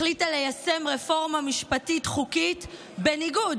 החליטה ליישם רפורמה משפטית-חוקית בניגוד